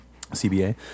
CBA